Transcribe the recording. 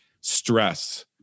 stress